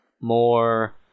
more